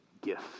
gift